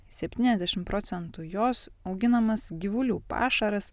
septyniasdešim procentų jos auginamas gyvulių pašaras